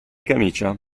camicia